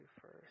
first